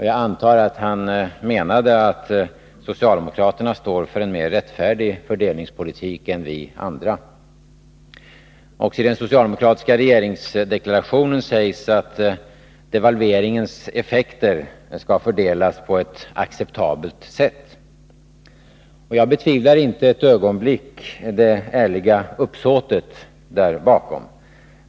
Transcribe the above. Jag antar att han menade att socialdemokraterna står för en mer rättfärdig fördelningspolitik än vi andra. Också i den socialdemokratiska regeringsdeklarationen sägs att devalveringens effekter skall fördelas på ett acceptabelt sätt. Jag betvivlar inte ett ögonblick det ärliga uppsåtet där bakom.